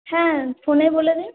হ্যাঁ ফোনে বলে দিন